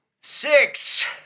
Six